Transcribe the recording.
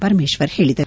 ಪರಮೇಶ್ವರ್ ಹೇಳಿದರು